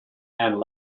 and